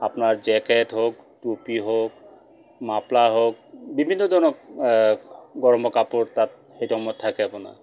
আপোনাৰ জেকেট হওক টুপি হওক মাফলা হওক বিভিন্ন ধৰণৰ গৰমৰ কাপোৰ তাত সেইটো সময়ত থাকে আপোনাৰ